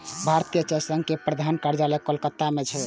भारतीय चाय संघ के प्रधान कार्यालय कोलकाता मे छै